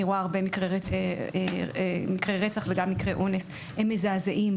אני רואה הרבה מקרי רצח וגם מקרי אונס והם מזעזעים.